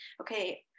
okay